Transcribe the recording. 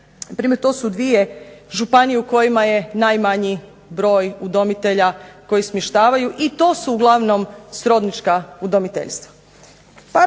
to su dvije županije u kojima je najmanji broj udomitelja koji smještavaju, i to su uglavnom srodnička udomiteljstva.